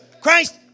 Christ